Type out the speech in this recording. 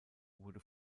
wurde